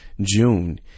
June